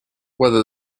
whether